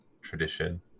tradition